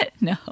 No